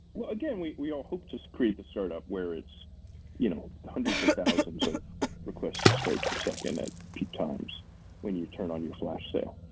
again, we we all hope to so create the startup where it's you know hundreds of thousands of requests to stripe per second at peak times when you turn on slash sale.